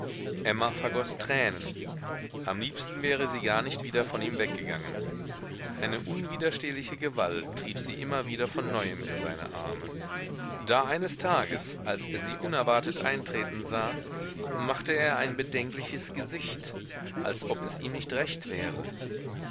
emma vergoß tränen am liebsten wäre sie gar nicht wieder von ihm weggegangen eine unwiderstehliche gewalt trieb sie immer von neuem in seine arme da eines tages als er sie unerwartet eintreten sah machte er ein bedenkliches gesicht als ob es ihm nicht recht wäre